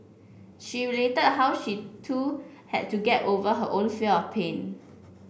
she related how she too had to get over her own fear of pain